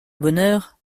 bonheur